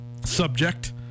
subject